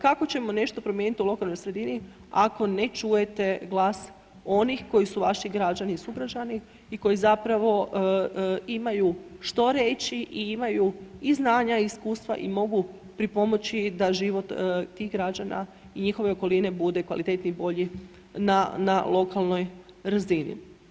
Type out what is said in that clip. Kako ćemo nešto promijeniti u lokalnoj sredini ako ne čujete glas onih koji su vaši građana i sugrađani i koji zapravo imaju što reći i imaju i znanja i iskustva i mogu pripomoći da život tih građana i njihove okoline bude kvalitetniji i bolji na lokalnoj razini.